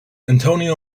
antonio